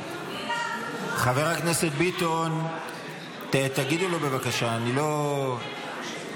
חבר הכנסת ביטון, תגידו לו בבקשה, אני לא,